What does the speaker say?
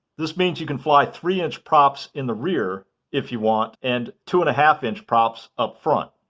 this means you can fly three inch props in the rear if you want and two and a half inch props up front.